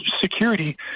security